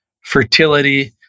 fertility